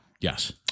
Yes